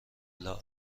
الا